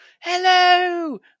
Hello